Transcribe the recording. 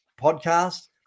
podcast